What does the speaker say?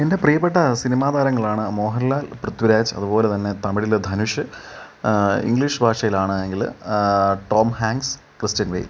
എൻ്റെ പ്രിയപ്പെട്ട സിനിമ താരങ്ങളാണ് മോഹൻലാൽ പൃഥ്വിരാജ് അതുപോലെ തന്നെ തമിഴില് ധനുഷ് ഇംഗ്ലീഷ് ഭാഷയിലാണെങ്കിൽ ടോം ഹാങ്സ് ക്രിസ്റ്റിൻ ബെയ്ൽ